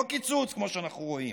לא קיצוץ כמו שאנחנו רואים,